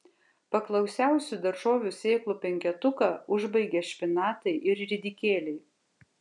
paklausiausių daržovių sėklų penketuką užbaigia špinatai ir ridikėliai